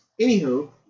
anywho